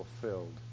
fulfilled